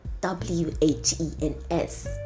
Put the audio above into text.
w-h-e-n-s